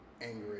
angry